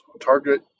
target